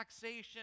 taxation